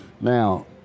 Now